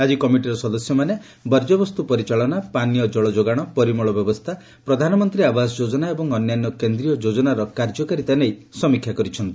ଆକି କମିଟିର ସଦସ୍ୟମାନେ ବର୍କ୍ୟବସ୍ତୁ ପରିଚାଳନା ପାନୀୟ ଜଳଯୋଗାଶ ପରିମଳ ବ୍ୟବସ୍କା ପ୍ରଧାନମନ୍ତୀ ଆବାସ ଯୋଜନା ଏବଂ ଅନ୍ୟାନ୍ୟ କେନ୍ଦ୍ରୀୟ ଯୋଜନାର କାର୍ଯ୍ୟକାରିତା ନେଇ ସମୀକ୍ଷା କରିଛନ୍ତି